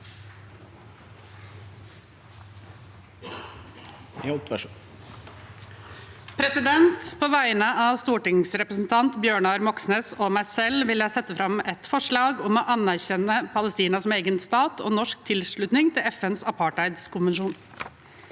På vegne av stor- tingsrepresentanten Bjørnar Moxnes og meg selv vil jeg sette fram et forslag om anerkjennelse av Palestina som egen stat og norsk tilslutning til FNs apartheidkonvensjon.